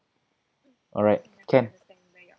alright can